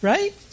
Right